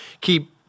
keep